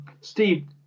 Steve